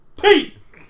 Peace